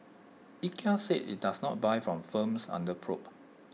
Ikea said IT does not buy from firms under probe